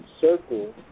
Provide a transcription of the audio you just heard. circle